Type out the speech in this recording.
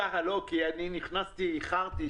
אני נכנסתי באיחור,